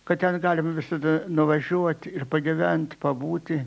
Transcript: kad ten galima visada nuvažiuot ir pagyvent pabūti